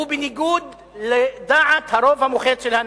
הוא בניגוד לדעת הרוב המוחץ של האנשים.